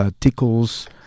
Tickles